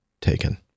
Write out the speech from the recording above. taken